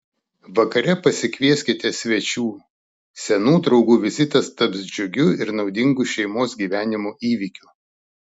vakare pasikvieskite svečių senų draugų vizitas taps džiugiu ir naudingu šeimos gyvenimo įvykiu